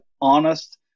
honest